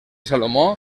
salomó